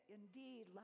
indeed